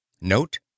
Note